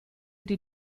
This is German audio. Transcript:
die